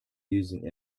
using